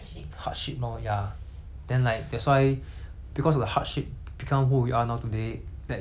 because of the hardship become who we are now today that you appreciate things that don't come by easily